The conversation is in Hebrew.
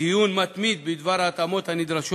דיון מתמיד בדבר ההתאמות הנדרשות